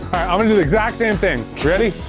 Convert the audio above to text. i'm gonna do the exact same thing, you ready?